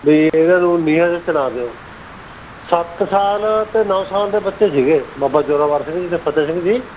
ਵੀ ਇਹਨਾਂ ਨੂੰ ਨੀਹਾਂ 'ਚ ਚਿਣਾ ਦਿਓ ਸੱਤ ਸਾਲ ਅਤੇ ਨੌ ਸਾਲ ਦੇ ਬੱਚੇ ਸੀਗੇ ਬਾਬਾ ਜ਼ੋਰਾਵਰ ਸਿੰਘ ਜੀ ਅਤੇ ਫਤਿਹ ਸਿੰਘ ਜੀ